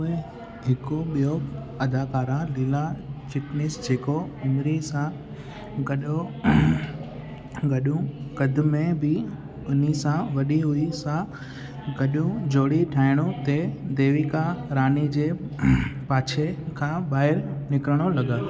उहे हिकु बि॒यो अदाकारा लीला चिटनिस जेको उमिरी सां गॾो गॾूं कद में बि उन्हीअ सां वॾी हुई सां गॾूं जोड़ी ठाहिण ते देविका रानी जे पाछे खां बा॒हिरि निकिरण लॻा